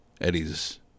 eddie's